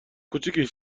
کوچیکش